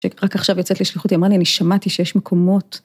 שרק עכשיו יוצאת לשליחות, אמרה לי, אני שמעתי שיש מקומות.